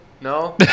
no